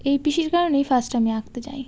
এই পিসির কারণেই ফার্স্ট আমি আঁকতে যাই